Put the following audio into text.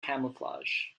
camouflage